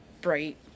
bright